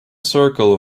circle